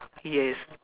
yes